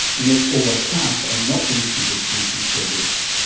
and yet over half are not being treated to reduce their risk.